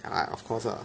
ya of course lah